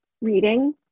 reading